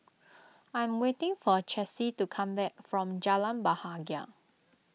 I am waiting for Chessie to come back from Jalan Bahagia